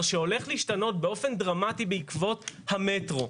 שהולך להשתנות באופן דרמטי בעקבות המטרו,